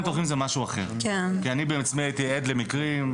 פתוחים זה משהו אחר כי אני בעצמי הייתי עד למקרים,